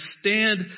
stand